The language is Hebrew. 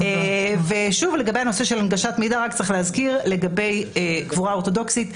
לגבי הנגשת מידע לגבי קבורה אורתודוקסית,